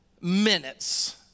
minutes